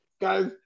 Guys